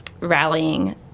rallying